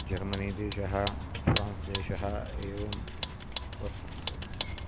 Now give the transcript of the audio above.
जर्मनीदेशः France देशः एवं वर्तन्ते